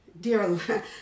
dear